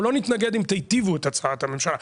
אנחנו לא נתנגד אם תיטיבו את הצעת הממשלה,